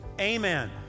Amen